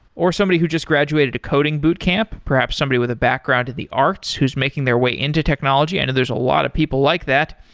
or somebody who just graduated a coding bootcamp, perhaps somebody with a background in the arts who's making their way into technology. i know there's a lot of people like that.